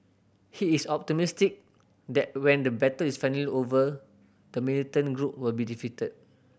he is optimistic that when the battle is finally over the militant group will be defeated